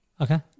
Okay